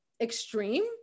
extreme